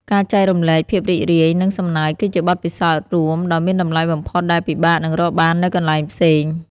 ការចែករំលែកភាពរីករាយនិងសំណើចគឺជាបទពិសោធន៍រួមដ៏មានតម្លៃបំផុតដែលពិបាកនឹងរកបាននៅកន្លែងផ្សេង។